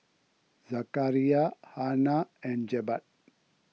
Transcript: Zakaria Hana and Jebat